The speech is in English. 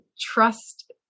trust